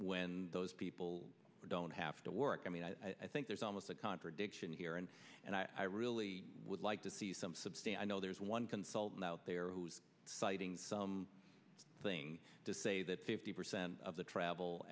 when those people don't have to work i mean i think there's almost a contradiction here and and i really would like to see some substantial no there's one consultant out there who's fighting some thing to say that fifty percent of the travel